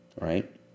Right